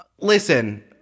Listen